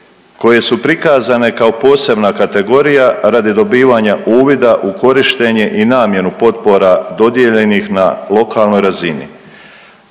koje su prikazane kao posebna kategorija radi dobivanja uvida u korištenje i namjenu potpora dodijeljenih na lokalnoj razini